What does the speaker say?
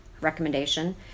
recommendation